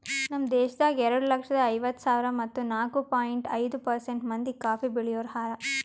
ನಮ್ ದೇಶದಾಗ್ ಎರಡು ಲಕ್ಷ ಐವತ್ತು ಸಾವಿರ ಮತ್ತ ನಾಲ್ಕು ಪಾಯಿಂಟ್ ಐದು ಪರ್ಸೆಂಟ್ ಮಂದಿ ಕಾಫಿ ಬೆಳಿಯೋರು ಹಾರ